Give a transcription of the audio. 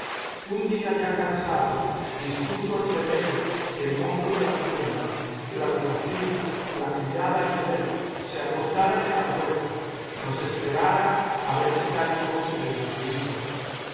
un día ya cansado dispuso el cerero que el mozo de la tienda el alguacil la criada y él se apostaran en la huerta nos esperaran a ver si caíamos en el garlito